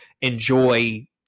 enjoy